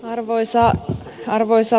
arvoisa puhemies